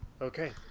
Okay